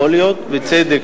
יכול להיות, או לא בצדק.